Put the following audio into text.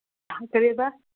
ꯀꯔꯤꯕꯥ